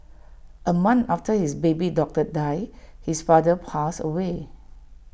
A month after his baby daughter died his father passed away